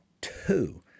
Two